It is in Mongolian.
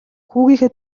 хүүгийнхээ